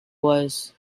was